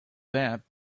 that